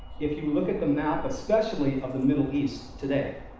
if you look at the map, especially of the middle east today,